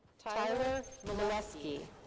tyler malewski.